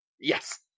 Yes